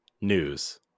news